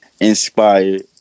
Inspired